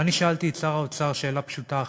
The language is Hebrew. ואני שאלתי את שר האוצר שאלה פשוטה אחת: